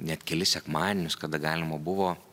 net kelis sekmadienius kada galima buvo